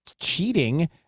cheating